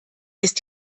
ist